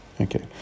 okay